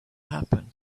happen